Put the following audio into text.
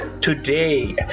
Today